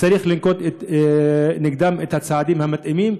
צריך לנקוט נגדם את הצעדים המתאימים,